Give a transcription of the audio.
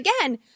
again